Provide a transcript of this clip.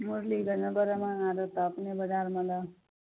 मुरलीगञ्ज बड़ महँगा देतऽ अपने बजारमे लऽ